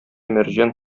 мәрҗән